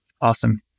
Awesome